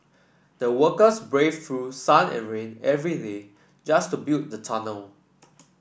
the workers braved through sun and rain every day just to build the tunnel